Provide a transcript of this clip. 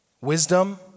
wisdom